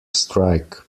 strike